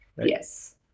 Yes